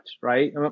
right